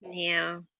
yeah.